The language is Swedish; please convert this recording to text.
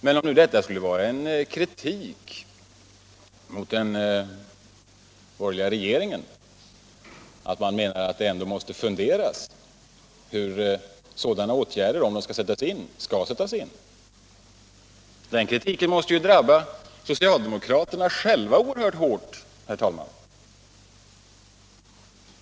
Men om den borgerliga regeringen skall kritiseras för att den anser att man — om åtgärder skall sättas in — måste fundera över hur detta skall ske, då måste ju, herr talman, samma kritik drabba socialdemokraterna själva oerhört hårt.